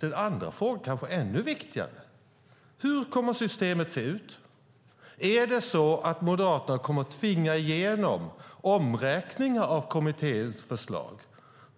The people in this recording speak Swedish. Den andra frågan är kanske ännu viktigare: Hur kommer systemet att se ut? Är det så att Moderaterna kommer att tvinga igenom omräkningar av kommitténs förslag?